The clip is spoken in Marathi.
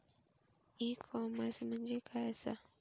ई कॉमर्स म्हणजे काय असा?